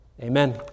Amen